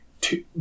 two